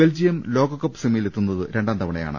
Belgium ലോകകപ്പ് സെമിയിലെത്തുന്നത് രണ്ടാം തവണയാണ്